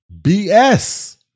BS